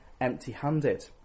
empty-handed